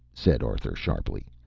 said arthur sharply.